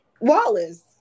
Wallace